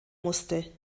musste